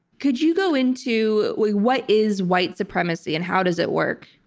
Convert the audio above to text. could you go into what is white supremacy and how does it work?